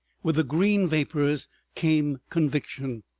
with the green vapors came conviction,